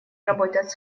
работать